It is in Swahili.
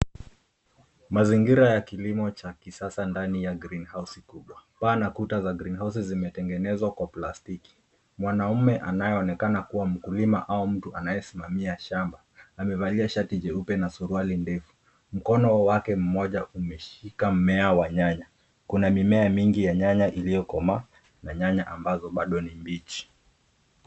Mazingira ya kilimo cha kisasa ndani ya greenhouse kubwa. Paa na kuta za greenhouse zimetengenezwa kwa plastiki. Mwanaume anayeonekana kuwa mkulima au mtu anayesimamia shamba, amevalia shati jeupe na suruali ndefu. Mkono wake mmoja umeshika mmea wa nyanya. Kuna mimea mingi ya nyanya iliyokomaa na nyanya ambazo bado ni mbichi.